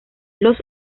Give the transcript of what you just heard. los